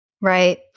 Right